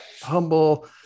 humble